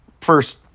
first